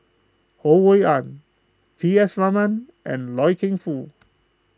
Ho Rui An P S Raman and Loy Keng Foo